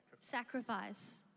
sacrifice